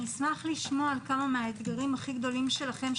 אשמח לשמוע על האתגרים הגדולים שלכם,